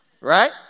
right